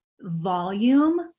volume